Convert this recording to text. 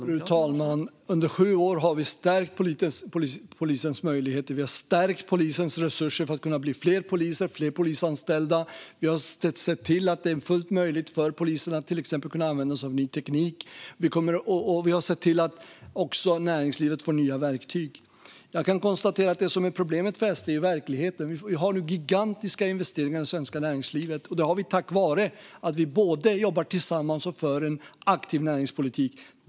Fru talman! Under sju år har vi stärkt polisens möjligheter och resurser för att det ska kunna bli fler poliser och polisanställda. Vi har sett till att det är fullt möjligt för polisen att till exempel använda sig av ny teknik. Och vi har sett till att också näringslivet får nya verktyg. Jag kan konstatera att problemet för SD är verkligheten. Vi har nu gigantiska investeringar i det svenska näringslivet, tack vare att vi både jobbar tillsammans och för en aktiv näringspolitik.